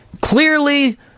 Clearly